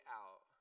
out